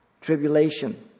tribulation